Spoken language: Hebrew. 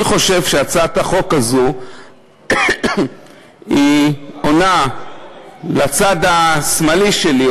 אני חושב שהצעת החוק הזאת עונה לצד השמאלי שלי,